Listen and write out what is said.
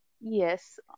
Yes